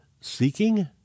seeking